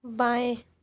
बाएँ